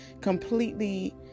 completely